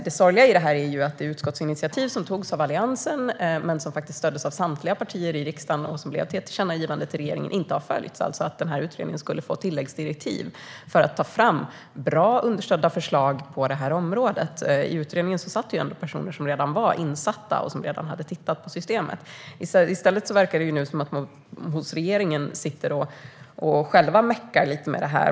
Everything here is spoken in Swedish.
Det sorgliga i detta är att det utskottsinitiativ som togs av Alliansen, och som faktiskt stöddes av samtliga partier i riksdagen, och som ledde till ett tillkännagivande till regeringen inte har följts, alltså att denna utredning skulle få tilläggsdirektiv för att ta fram bra och understödda förslag på detta område. I utredningen satt ändå personer som redan var insatta och som redan hade tittat på systemet. Nu verkar det som att regeringen själv sitter och mekar lite grann med detta.